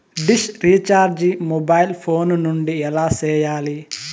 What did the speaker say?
dish recharge mobile phone నుండి ఎలా సేయాలి